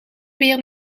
weer